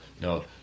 No